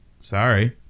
Sorry